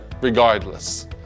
regardless